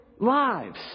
lives